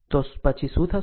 તો પછી શું થશે